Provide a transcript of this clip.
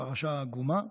פרשה עגומה,